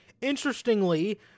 Interestingly